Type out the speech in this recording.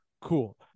cool